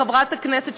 חברת הכנסת,